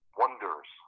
wonders